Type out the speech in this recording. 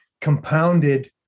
compounded